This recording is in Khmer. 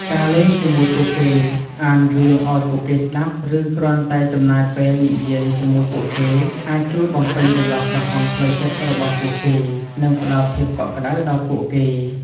ការលេងជាមួយពួកគេ អានរឿងឱ្យពួកគេស្ដាប់ ឬគ្រាន់តែចំណាយពេលនិយាយជាមួយពួកគេ អាចជួយបំពេញចន្លោះប្រហោងផ្លូវចិត្តរបស់ពួកគេ និងផ្ដល់ភាពកក់ក្ដៅដល់ពួកគេ។